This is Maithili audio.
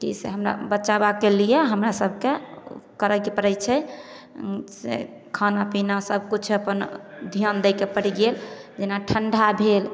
की तऽ हमरा बचावऽके लिए हमरा सबके करयके पड़ै छै खानापीना सबकिछु अपन ध्यान दैके पड़ि गेल जेना ठण्ढा भेल